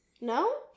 No